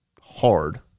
hard